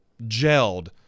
gelled